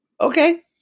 Okay